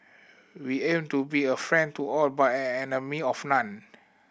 we aim to be a friend to all but an enemy of none